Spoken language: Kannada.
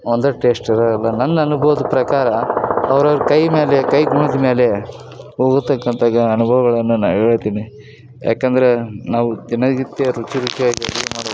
ಒಂದೇ ಟೇಶ್ಟ್ ಇರೋಲ್ಲ ನನ್ನ ಅನುಭವದ ಪ್ರಕಾರ ಅವ್ರವ್ರ ಕೈ ಮೇಲೆ ಕೈಗುಣದ ಮೇಲೆ ಹೋಗತಕ್ಕಂಥ ಗ ಅನುಭವಗಳನ್ನು ನಾ ಹೇಳ್ತೀನಿ ಯಾಕಂದರೆ ನಾವು ದಿನನಿತ್ಯ ರುಚಿ ರುಚಿಯಾಗಿ ಅಡುಗೆ ಮಾಡಬೇಕಂದ್ರೆ